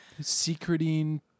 secreting